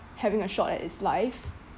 having a shot at its life